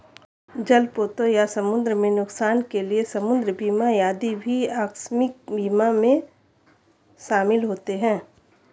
जलपोतों या समुद्र में नुकसान के लिए समुद्र बीमा आदि भी आकस्मिक बीमा में शामिल होते हैं